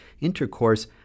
intercourse